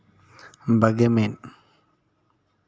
ᱵᱟᱜᱮ ᱢᱤᱫ